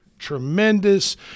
tremendous